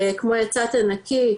כמו יצאת נקי,